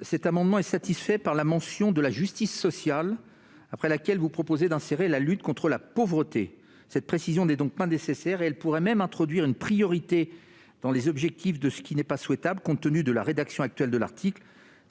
Cet amendement est satisfait par la mention de la « justice sociale », après laquelle vous proposez d'insérer « la lutte contre la pauvreté ». Cette précision n'est donc pas nécessaire ; elle pourrait même introduire une hiérarchie dans les objectifs, ce qui n'est pas souhaitable compte tenu de la rédaction actuelle de l'article.